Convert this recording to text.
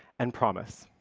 and promise.